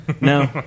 No